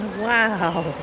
wow